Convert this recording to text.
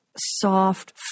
soft